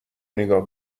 نیگا